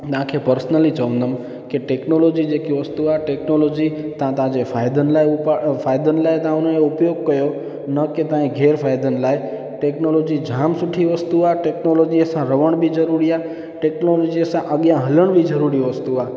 तव्हांखे पर्सनली चवंदुमि कि टेक्नोलोजी जेकी वस्तू आहे टेक्नोलोजी तव्हां तव्हां जे फ़ाइदनि लाइ फ़ाइदनि लाइ तव्हां उनजो उपयोग कयो न कि तव्हां जे ग़ैर दन फ़ाइदनि लाइ टेक्नोलोजी जाम सुठी वस्तू आहे टेक्नोलोजी सां रहण बि ज़रूरी आहे टेक्नोलोजी सां अॻियां हलण जी वस्तू आहे